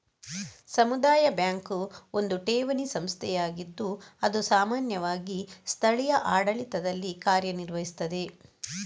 ಸಮುದಾಯ ಬ್ಯಾಂಕು ಒಂದು ಠೇವಣಿ ಸಂಸ್ಥೆಯಾಗಿದ್ದು ಅದು ಸಾಮಾನ್ಯವಾಗಿ ಸ್ಥಳೀಯ ಆಡಳಿತದಲ್ಲಿ ಕಾರ್ಯ ನಿರ್ವಹಿಸ್ತದೆ